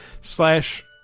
slash